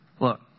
Look